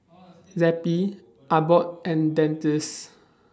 Zappy Abbott and Dentiste